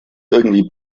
irgendwie